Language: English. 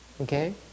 Okay